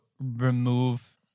remove